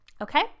okay